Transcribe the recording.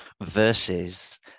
versus